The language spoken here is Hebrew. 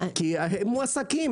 כי הם מועסקים.